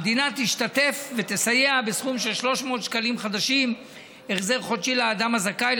המדינה תשתתף ותסייע בסכום של 300 שקלים חדשים החזר חודשי לאדם הזכאי.